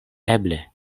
eble